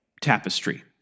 Tapestry